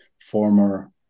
former